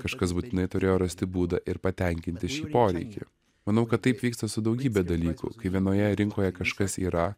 kažkas būtinai turėjo rasti būdą ir patenkinti šį poreikį manau kad taip vyksta su daugybe dalykų kai vienoje rinkoje kažkas yra